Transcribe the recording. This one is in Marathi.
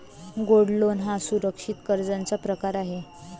गोल्ड लोन हा सुरक्षित कर्जाचा प्रकार आहे